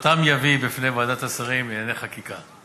ויביא אותן בפני ועדת השרים לענייני חקיקה.